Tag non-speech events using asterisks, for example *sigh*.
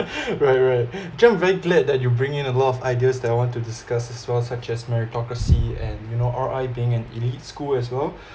*laughs* right right just very glad that you bring in a lot of ideas that I want to discuss as well such as meritocracy and you know R_I being an elite school as well